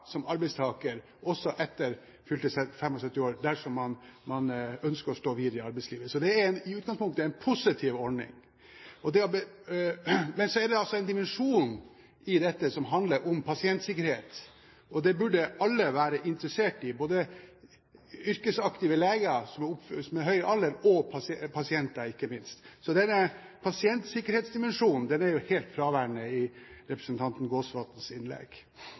som arbeidstaker også etter fylte 75 år dersom man ønsker å stå videre i arbeidslivet. Så det er i utgangspunktet en positiv holdning. Men så er det altså en dimensjon i dette som handler om pasientsikkerhet, og det burde alle være interessert i, både yrkesaktive leger i høy alder og pasientene ikke minst. Denne pasientsikkerhetsdimensjonen er jo helt fraværende i representanten Gåsvatns innlegg.